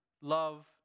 love